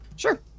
Sure